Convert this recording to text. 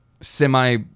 semi